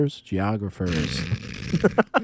geographers